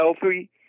healthy